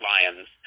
Lions